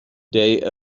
day